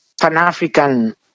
Pan-African